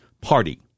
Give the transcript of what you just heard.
Party